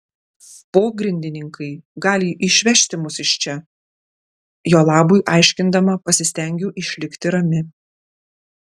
pogrindininkai gali išvežti mus iš čia jo labui aiškindama pasistengiau išlikti rami